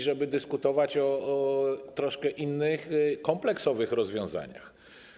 Trzeba dyskutować o trochę innych, kompleksowych rozwiązaniach.